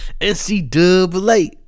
NCAA